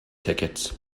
tickets